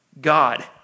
God